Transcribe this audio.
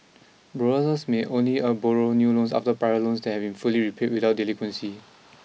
borrowers may only a borrow new loans after prior loans that have been fully repaid without delinquency